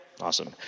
Awesome